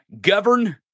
govern